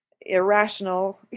irrational